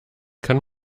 kann